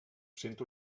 sento